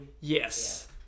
Yes